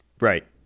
Right